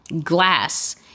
glass